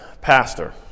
pastor